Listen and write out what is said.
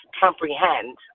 comprehend